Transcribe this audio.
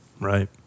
Right